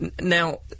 Now